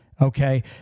Okay